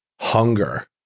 hunger